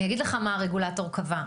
אני אגיד לך מה הרגולטור קבע,